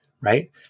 right